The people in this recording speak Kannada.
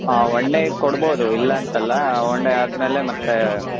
ಹಾನ್ ಒನ್ ಡೇ ಕೊಡ್ಬೋದು ಇಲ್ಲ ಅಂತ ಅಲ್ಲ ಒನ್ ಡೇ ಆದ್ಮೇಲೆ ಮತ್ತೆ